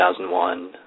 2001